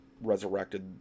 resurrected